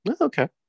Okay